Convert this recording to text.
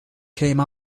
came